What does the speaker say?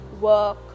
work